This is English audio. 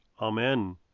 Amen